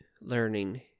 learning